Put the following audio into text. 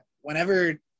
whenever